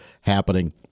happening